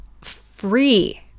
free